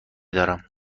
دارم